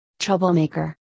troublemaker